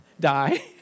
die